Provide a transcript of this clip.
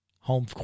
home